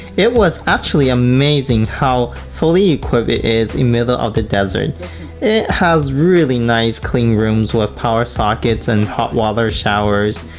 it was actually amazing how fully equipped it is in middle of dessert. it has really nice clean rooms with power socket and hot water showers.